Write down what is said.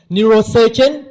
Neurosurgeon